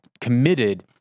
committed